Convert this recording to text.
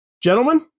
gentlemen